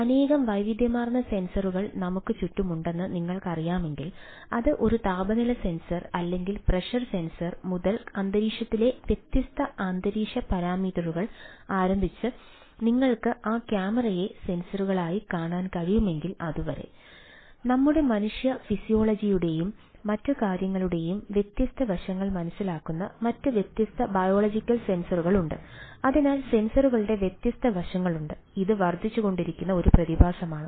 അതിനാൽ സെൻസറുകളുടെ വ്യത്യസ്ത വശങ്ങളുണ്ട് ഇത് വർദ്ധിച്ചുകൊണ്ടിരിക്കുന്ന ഒരു പ്രതിഭാസമാണ്